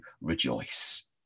rejoice